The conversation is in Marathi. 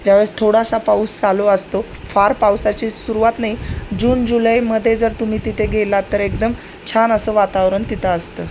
ज्यावेळेस थोडासा पाऊस चालू असतो फार पावसाची सुरुवात नाही जून जुलै मध्ये जर तुम्ही तिथे गेला तर एकदम छान असं वातावरण तिथं असतं